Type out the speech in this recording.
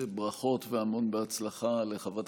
ברכות והמון הצלחה לחברת